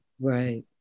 Right